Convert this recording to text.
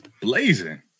blazing